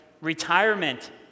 retirement